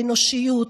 האנושיות,